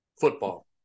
football